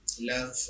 Love